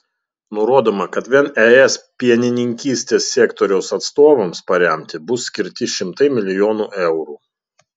nurodoma kad vien es pienininkystės sektoriaus atstovams paremti bus skirti šimtai milijonų eurų